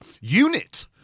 Unit